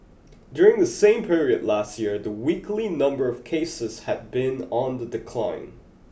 during the same period last year the weekly number of cases had been on the decline